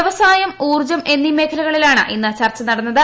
വ്യവസായം ഊർജ്ജം എന്നീ മേഖലകളിലാണ് ഇന്ന് ചർച്ച നടന്നത്